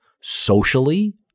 socially